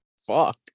fuck